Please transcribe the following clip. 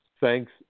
thanks